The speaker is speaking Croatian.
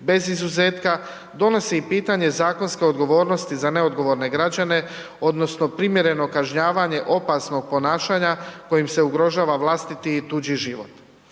bez izuzetka, donosi pitanje zakonske odgovornosti za neodgovorne građene odnosno primjereno kažnjavanje opasnog ponašanja kojim se ugrožava vlastiti i tuđi život.